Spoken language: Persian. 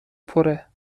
پره